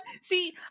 see